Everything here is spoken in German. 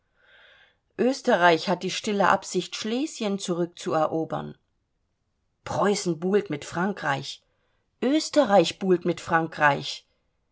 österreich hat die stille absicht schlesien zurück zu erobern preußen buhlt mit frankreich österreich buhlt mit frankreich